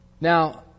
Now